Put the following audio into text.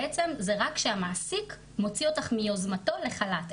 בעצם זה רק כשהמעסיק מוציא אותך מיוזמתו לחל"ת.